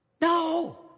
No